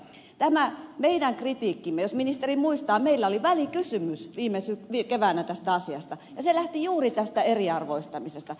tämä meidän kritiikkimme jos ministeri muistaa meillä oli välikysymys viime keväänä tästä asiasta lähti juuri tästä eriarvoistamisesta